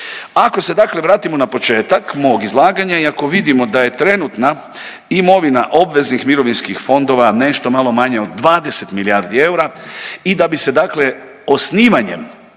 Ako se dakle vratimo na početak mog izlaganja i ako vidimo da je trenutna imovina obveznih mirovinskih fondova nešto malo manja od 20 milijardi eura i da bi se dakle osnivanjem